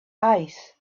eyes